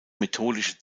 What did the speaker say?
methodische